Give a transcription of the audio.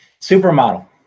Supermodel